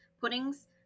puddings